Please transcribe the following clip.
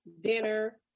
dinner